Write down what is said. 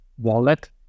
wallet